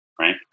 right